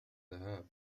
الذهاب